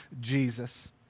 Jesus